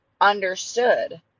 understood